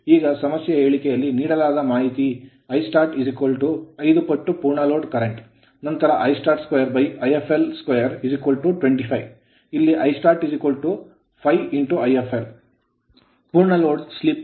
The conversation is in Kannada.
ಈಗ ಸಮಸ್ಯೆಯ ಹೇಳಿಕೆಯಲ್ಲಿ ನೀಡಲಾದ ಮಾಹಿತಿಯಿಂದ Istart 5 ಪಟ್ಟು ಪೂರ್ಣ load ಲೋಡ್ current ಕರೆಂಟ್ ನಂತರ 22 25 ಇಲ್ಲಿ Istart5Ifl ಪೂರ್ಣ ಲೋಡ್ slip ಸ್ಲಿಪ್ sfl0